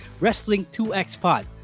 Wrestling2XPOD